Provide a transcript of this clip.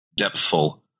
depthful